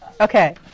Okay